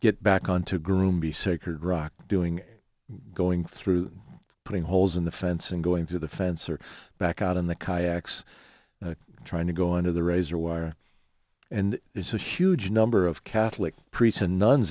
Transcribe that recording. get back onto groom be sacred rock doing going through putting holes in the fence and going through the fence or back out in the kayaks trying to go into the razor wire and it's a huge number of catholic priests and nuns